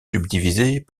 subdivisées